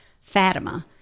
Fatima